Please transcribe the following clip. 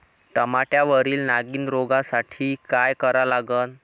टमाट्यावरील नागीण रोगसाठी काय करा लागन?